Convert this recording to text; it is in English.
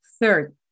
Third